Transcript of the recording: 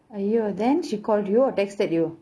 !aiyo! then she called you or texted you